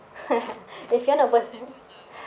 if you want a per~